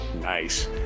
Nice